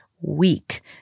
weak